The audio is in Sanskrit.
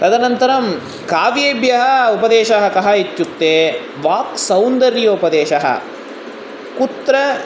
तदनन्तरं काव्येभ्यः उपदेशः कः इत्युक्ते वाक्सौन्दर्योपदेशः कुत्र